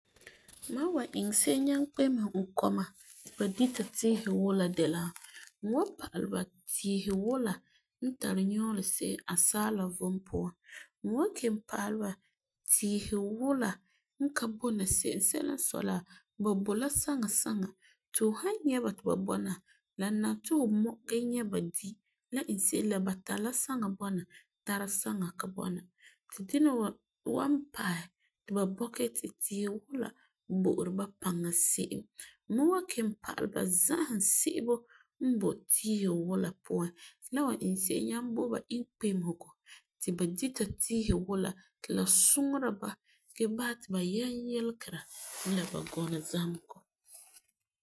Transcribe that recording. Mam wan iŋɛ se'em nyaŋɛ kpemese n kɔma ti ba dita diisi wula de la n wan pa'alɛ ba tiisi wula n tari nyɔɔrɛ se'em asaala vom puan. N wan kelum pa'alɛ ba tiisi wula n ka bɔna se'em sɛla n sɔi la ba bo la saŋa saŋa tu han gee ti ba bɔna la nari ti fu mɔ gee nyɛ ba di la iŋɛ se'em la ba tari la saŋa bɔna gee tara saŋa ka bɔna. Ti dina wa wan basɛ ti ba baŋɛ tiisi wula n tari paŋa se'em n mi wan kelum pa'alɛ za'ahum se'ebo n boi tiisi mi wula puan la wa iŋɛ se'em nyaŋɛ bo ba inkpemesegɔ ti ba dita tiisi wula ti la suŋera ba gee basɛ ti ba yɛm yelegera n la ba gɔnɔ zamesegɔ.